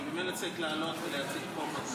אני ממילא צריך לעלות ולהציג פה חוק,